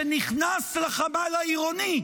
שנכנס לחמ"ל העירוני,